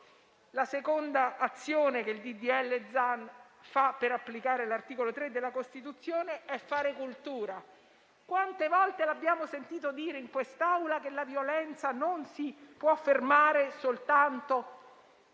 di legge Zan mette in campo per applicare l'articolo 3 della Costituzione è fare cultura. Quante volte abbiamo sentito dire in quest'Aula che la violenza non si può fermare soltanto